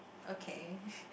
okay